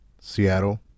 Seattle